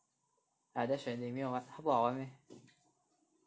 ah Death Stranding 没有玩它不好玩 meh